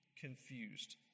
confused